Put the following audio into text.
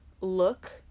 look